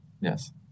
Yes